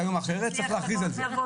אם היום זה אחרת צריך להכריז על זה.